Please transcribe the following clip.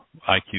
IQ